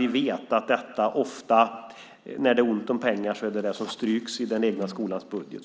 Vi vet nämligen att när det är ont om pengar är det ofta det som stryks i den egna skolans budget.